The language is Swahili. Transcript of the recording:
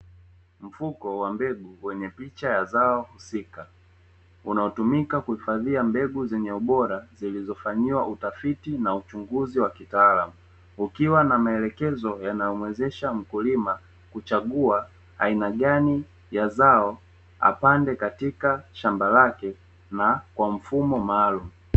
Mfuko wa mbegu wenye picha ya zao husika unaotumika kuhifadhia mbegu zenye ubora zilizofanyiwa utafiti na uchunguzi wa kitaalamu, kukiwa na maelekezo yanayomwezesha mkulima kuchagua aina gani ya zao apande katika shamba lake na kwa mfumo maalumu.